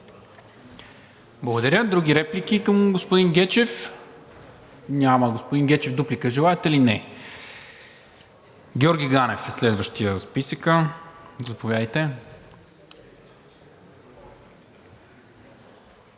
Благодаря. Други реплики към господин Гечев? Няма. Господин Гечев, желаете ли дуплика? Не. Георги Ганев е следващият в списъка. Заповядайте.